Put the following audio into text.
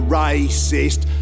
racist